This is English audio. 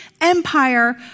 Empire